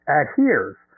adheres